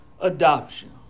adoption